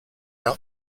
out